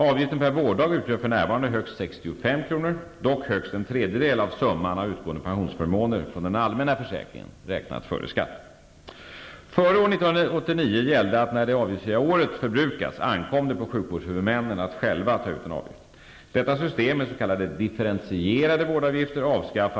Avgiften per vårddag utgör för närvarande högst 65 kr., dock högst en tredjedel av summan av utgående pensionsförmåner från den allmänna försäkringen före skatt. Före år 1989 gällde att när det avgiftsfria året förbrukats ankom det på sjukvårdshuvudmännen att själva ta ut en avgift.